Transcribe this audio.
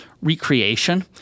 recreation